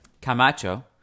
Camacho